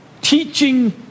teaching